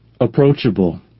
Approachable